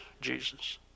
Jesus